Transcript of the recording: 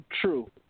True